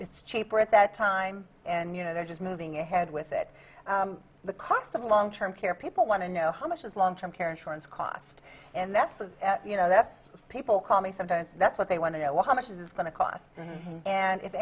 it's cheaper at that time and you know they're just moving ahead with it the cost of long term care people want to know how much is long term care insurance cost and that's you know that's people call me sometimes that's what they want to know how much is this going to cost and if